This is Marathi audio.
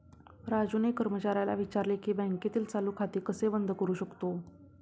राजूने कर्मचाऱ्याला विचारले की बँकेतील चालू खाते कसे बंद करू शकतो?